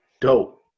dope